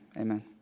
amen